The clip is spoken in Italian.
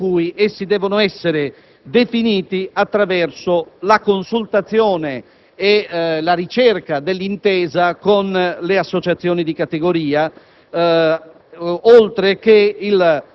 la regola per cui devono essere definiti attraverso la consultazione e la ricerca dell'intesa con le associazioni di categoria,